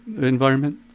environment